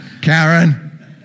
Karen